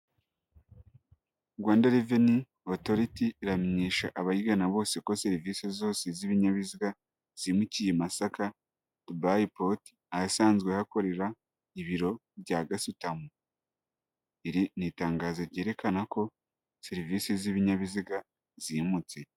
Rwanda reveni otoriti iramenyesha abayigana bose ko serivisi zose z'ibinyabiziga zimukiye i Masaka, Dubayi poti, ahasanzwe hakorera ibiro bya gasutamo. Iri ni itangazo ryerekana ko serivisi z'ibinyabiziga zimutse.